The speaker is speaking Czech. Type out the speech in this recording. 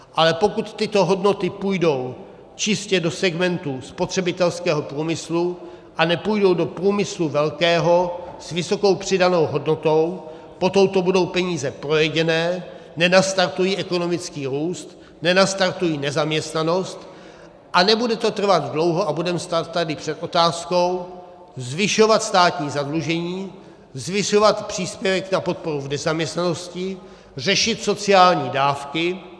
Ale pokud tyto hodnoty půjdou čistě do segmentu spotřebitelského průmyslu a nepůjdou do průmyslu velkého, s vysokou přidanou hodnotou, potom to budou peníze projedené, nenastartují ekonomický růst, nenastartují nezaměstnanost, a nebude to trvat dlouho a budeme stát tady před otázkou zvyšovat státní zadlužení, zvyšovat příspěvek na podporu v nezaměstnanosti, řešit sociální dávky.